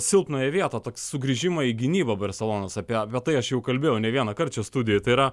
silpnąją vietą sugrįžimą į gynybą barselonos apie tai aš jau kalbėjau ne vieną karčią studijoj tai yra